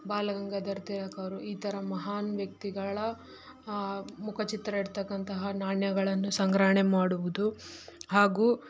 ಬಾಲಗಂಗಾಧರ್ ತಿಲಕ್ ಅವರು ಈ ಥರ ಮಹಾನ್ ವ್ಯಕ್ತಿಗಳ ಮುಖಚಿತ್ರ ಇಡ್ತಕ್ಕಂತಹ ನಾಣ್ಯಗಳನ್ನು ಸಂಗ್ರಹಣೆ ಮಾಡುವುದು ಹಾಗೂ